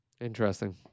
Interesting